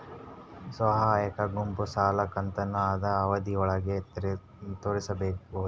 ಸ್ವಸಹಾಯ ಗುಂಪು ಸಾಲದ ಕಂತನ್ನ ಆದ್ರ ಅವಧಿ ಒಳ್ಗಡೆ ತೇರಿಸಬೋದ?